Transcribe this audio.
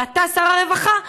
ואתה שר הרווחה,